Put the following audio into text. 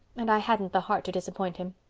and i hadn't the heart to disappoint him.